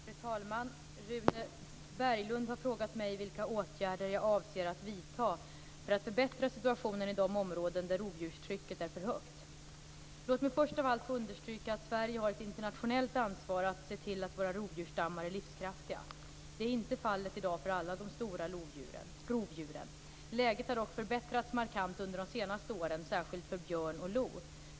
Fru talman! Rune Berglund har frågat mig vilka åtgärder jag avser att vidta för att förbättra situationen i de områden där rovdjurstrycket är för högt. Låt mig först av allt få understryka att Sverige har ett internationellt ansvar att se till att våra rovdjursstammar är livskraftiga. Det är inte fallet i dag för alla de stora rovdjuren. Läget har dock förbättrats markant under de senaste åren, särskilt för björn och lo.